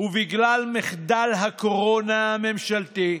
בגלל מחדל הקורונה הממשלתי,